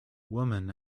woman